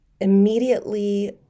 immediately